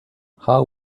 how